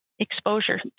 Exposure